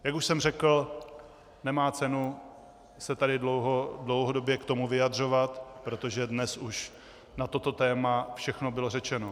Jak už jsem řekl, nemá cenu se tady k tomu dlouhodobě vyjadřovat, protože dnes už na toto téma všechno bylo řečeno.